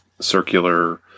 circular